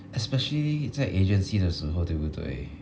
especially 在 agency 的时候对不对